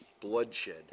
Bloodshed